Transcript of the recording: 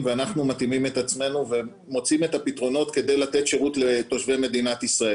ואנחנו מאפשרים לו לעלות לכלי הרכב.